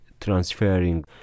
transferring